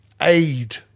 aid